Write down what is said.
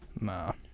No